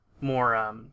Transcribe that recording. more